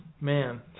man